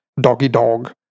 doggy-dog